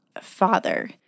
father